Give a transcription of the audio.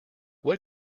what